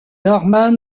norman